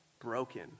broken